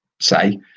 say